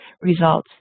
results